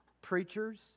preachers